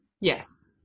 yes